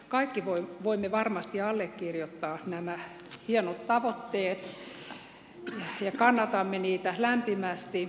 kaikki voimme varmasti allekirjoittaa nämä hienot tavoitteet ja kannatamme niitä lämpimästi